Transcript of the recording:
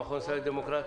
המכון הישראלי לדמוקרטיה,